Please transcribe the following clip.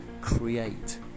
create